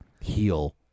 heal